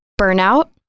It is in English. burnout